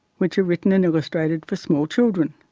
which are written and illustrated for small children.